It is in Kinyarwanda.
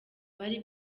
bari